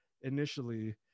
initially